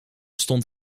stond